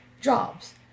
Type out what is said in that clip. Jobs